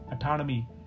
autonomy